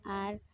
ᱟᱨ